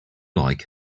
like